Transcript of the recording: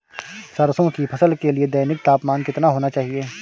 सरसों की फसल के लिए दैनिक तापमान कितना होना चाहिए?